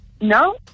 No